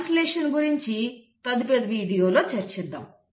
translation గురించి తదుపరి వీడియోలో చర్చిద్దాం